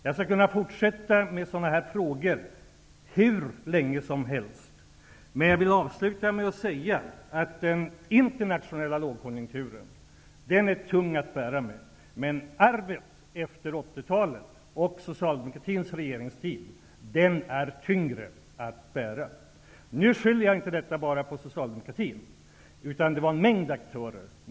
Jag skulle kunna fortsätta med sådana här frågor hur länge som helst, men jag vill avsluta med att säga att den internationella lågkonjunkturen är tung att bära, men arvet efter 1980-talet och socialdemokratins regeringstid är tyngre att bära. Nu skyller jag inte detta bara på socialdemokratin, utan det var en mängd aktörer.